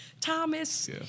Thomas